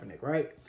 right